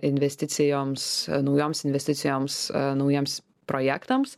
investicijoms naujoms investicijoms naujiems projektams